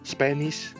Spanish